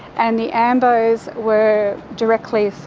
and the ambos were directly, so